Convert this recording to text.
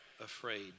afraid